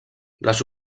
les